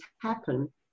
happen